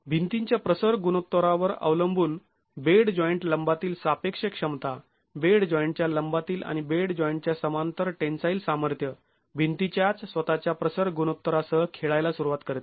भिंतींच्या प्रसर गुणोत्तरावर अवलंबून बेड जॉईंट लंबातील सापेक्ष क्षमता बेड जॉईंटच्या लंबातील आणि बेड जॉईंटच्या समांतर टेन्साईल सामर्थ्य भिंतीच्याच स्वतःच्या प्रसर गुणोत्तरसह खेळायला सुरुवात करते